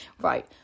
right